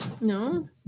No